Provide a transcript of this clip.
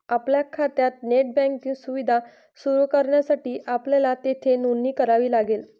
आपल्या खात्यात net banking सुविधा सुरू करण्यासाठी आपल्याला येथे नोंदणी करावी लागेल